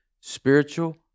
spiritual